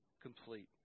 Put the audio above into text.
complete